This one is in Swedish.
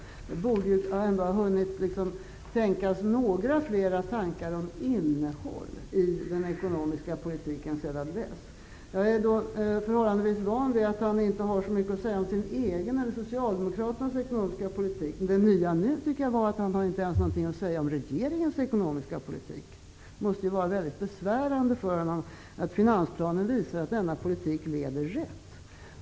Det borde ha hunnit tänkas några fler tankar om innehåll i den ekonomiska politiken sedan dess. Jag är förhållandevis van vid att Göran Persson inte har så mycket att säga om sin egen eller om Socialdemokraternas ekonomiska politik, men det nya nu var att han inte ens hade någonting att säga om regeringens ekonomiska politik. Det måste vara besvärande för honom att finansplanen visar att denna politik leder rätt.